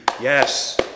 Yes